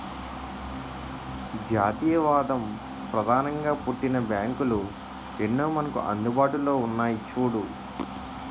జాతీయవాదం ప్రధానంగా పుట్టిన బ్యాంకులు ఎన్నో మనకు అందుబాటులో ఉన్నాయి చూడు